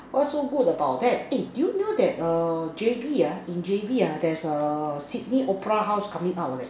what's so good about that eh do you know that err J_B ah in J_B ah there's a Sydney opera house coming out like